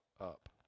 up